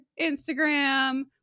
instagram